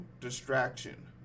distraction